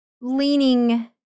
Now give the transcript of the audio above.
leaning